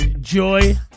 Joy